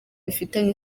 bifitanye